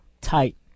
tight